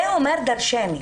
זה אומר דרשני.